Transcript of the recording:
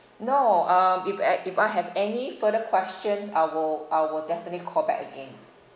no um if I if I have any further questions I will I will definitely call back again